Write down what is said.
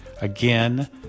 again